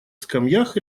скамьях